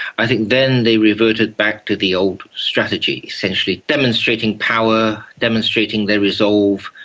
i think then they reverted back to the old strategy, essentially demonstrating power, demonstrating their resolve,